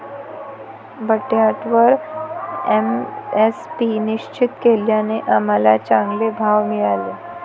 बटाट्यावर एम.एस.पी निश्चित केल्याने आम्हाला चांगले भाव मिळाले